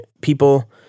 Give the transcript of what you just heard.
people